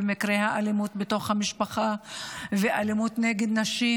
מקרי האלימות בתוך המשפחה והאלימות נגד נשים,